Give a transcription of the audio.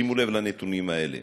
שימו לב לנתונים האלה: